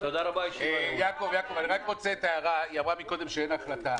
רק הערה - היא אמרה קודם שאין החלטה.